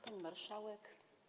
Pani Marszałek!